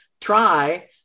try